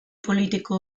politiko